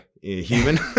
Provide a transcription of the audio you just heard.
human